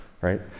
right